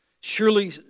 Surely